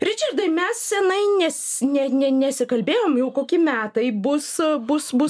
ričardai mes senai nes ne ne nesikalbėjom jau koki metai bus bus bus